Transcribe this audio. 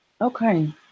Okay